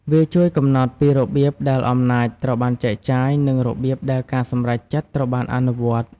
វាជួយកំណត់ពីរបៀបដែលអំណាចត្រូវបានចែកចាយ និងរបៀបដែលការសម្រេចចិត្តត្រូវបានអនុវត្ត។